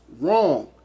wrong